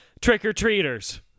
trick-or-treaters